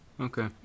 Okay